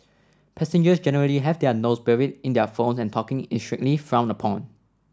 passengers generally have their nose buried in their phones and talking is strictly frowned upon